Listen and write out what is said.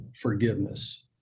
forgiveness